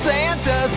Santa